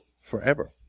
forever